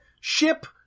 ship